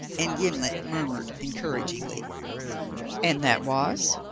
and gimblet murmured encouragingly and that was?